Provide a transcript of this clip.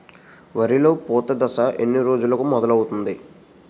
వరిలో పూత దశ ఎన్ని రోజులకు మొదలవుతుంది?